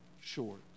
short